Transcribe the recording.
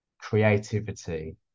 creativity